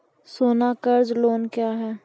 सोना कर्ज लोन क्या हैं?